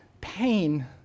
pain